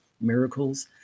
miracles